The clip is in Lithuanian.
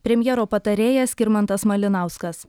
premjero patarėjas skirmantas malinauskas